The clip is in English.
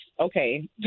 okay